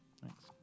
Thanks